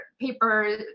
paper